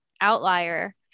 outlier